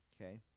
Okay